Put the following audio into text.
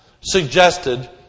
suggested